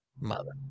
Mother